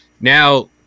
Now